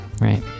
Right